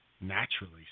naturally